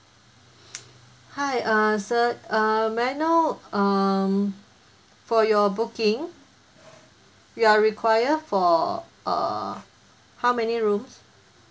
hi err sir err may I know um for your booking you are require for err how many rooms